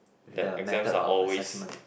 with the method of assessment